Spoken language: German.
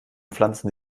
pflanzen